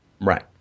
Right